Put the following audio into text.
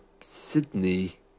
Sydney